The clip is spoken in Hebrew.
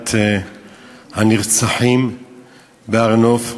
מהלוויית הנרצחים בהר-נוף.